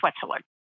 Switzerland